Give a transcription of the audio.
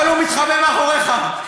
אבל הוא מתחבא מאחוריך.